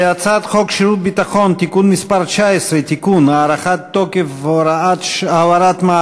הצעת חוק שירות ביטחון (תיקון מס' 19) (תיקון) (הארכת תוקף הוראת מעבר),